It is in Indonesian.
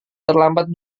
terlambat